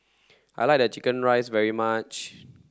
I like chicken rice very much